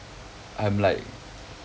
I'm like